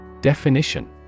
Definition